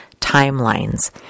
timelines